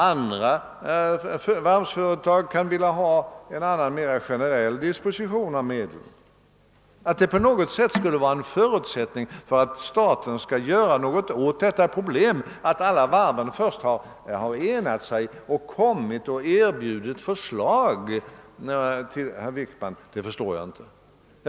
Andra varvsföretag kan vilja ha en annan och mera generell disposition av medlen. Att det skulle vara en förutsättning för att staten skall göra något åt detta problem, att alla varven först har enat sig och framlagt förslag till herr Wickman, förstår jag inte.